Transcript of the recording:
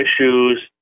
issues